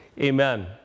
Amen